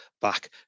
back